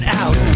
out